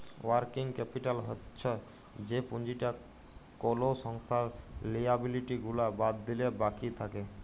working capital হচ্ছ যে পুঁজিটা কোলো সংস্থার লিয়াবিলিটি গুলা বাদ দিলে বাকি থাক্যে